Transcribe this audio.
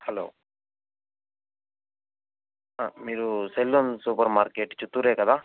hello మీరు salon super market చిత్తూరే కదా